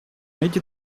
эти